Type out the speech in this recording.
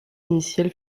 initial